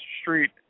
street